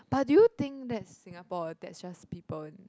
but do you think that's Singapore that's just people